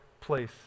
place